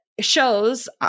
shows